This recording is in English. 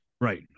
Right